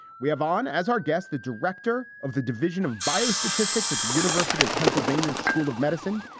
we have on as our guests, the director of the division of biostatistics at the university of pennsylvania's school of medicine,